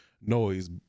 noise